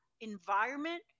environment